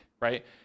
right